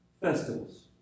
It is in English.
festivals